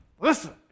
listen